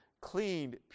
cleaned